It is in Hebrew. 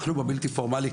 אנחנו בבלתי פורמלי,